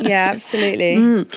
yeah absolutely.